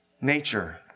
nature